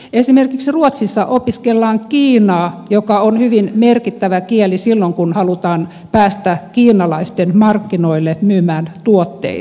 esimerkiksi ruotsissa opiskellaan kiinaa joka on hyvin merkittävä kieli silloin kun halutaan päästä kiinalaisten markkinoille myymään tuotteita